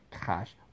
cash